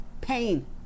pain